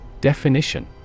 Definition